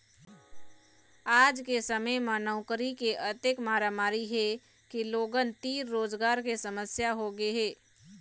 आज के समे म नउकरी के अतेक मारामारी हे के लोगन तीर रोजगार के समस्या होगे हे